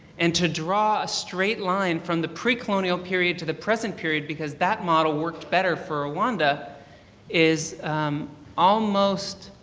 and to draw a straight line from the pre-colonial period to the present period because that model worked better for rowanda, is almost